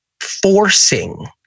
forcing